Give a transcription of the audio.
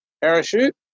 parachute